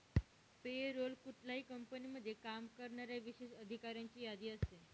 पे role कुठल्याही कंपनीमध्ये काम करणाऱ्या विशेष अधिकाऱ्यांची यादी असते